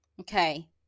okay